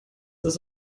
das